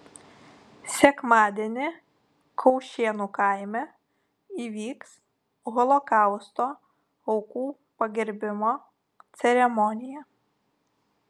sekmadienį kaušėnų kaime įvyks holokausto aukų pagerbimo ceremonija